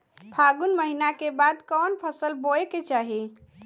फागुन महीना के बाद कवन फसल बोए के चाही?